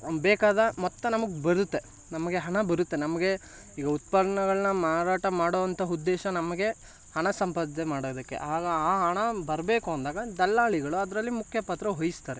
ಬೇಕಾದ ಮೊತ್ತ ನಮಗೆ ಬರುತ್ತೆ ನಮಗೆ ಹಣ ಬರುತ್ತೆ ನಮಗೆ ಈಗ ಉತ್ಪನ್ನಗಳನ್ನ ಮಾರಾಟ ಮಾಡುವಂಥ ಉದ್ದೇಶ ನಮಗೆ ಹಣ ಸಂಪಾದನೆ ಮಾಡೋದಕ್ಕೆ ಆಗ ಆ ಹಣ ಬರಬೇಕು ಅಂದಾಗ ದಲ್ಲಾಳಿಗಳು ಅದರಲ್ಲಿ ಮುಖ್ಯ ಪಾತ್ರವಹಿಸ್ತಾರೆ